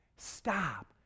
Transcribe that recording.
Stop